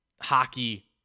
hockey